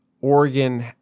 Oregon